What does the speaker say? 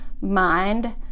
mind